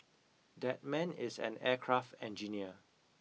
that man is an aircraft engineer